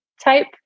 type